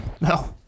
No